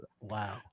Wow